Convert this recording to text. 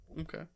Okay